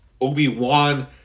Obi-Wan